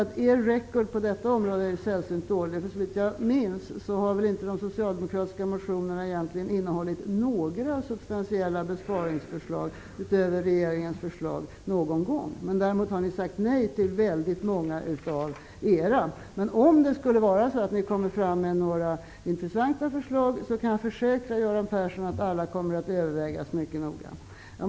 Men er ''record'' på detta område är sällsynt dålig. Såvitt jag minns har de socialdemokratiska motionerna egentligen inte någon gång innehållit några substantiella besparingsförslag utöver regeringens förslag. Däremot har ni sagt nej till väldigt många av era egna förslag. Men om ni skulle komma med några intressanta förslag kommer alla sådana, det kan jag försäkra Göran Persson om, att övervägas mycket noga.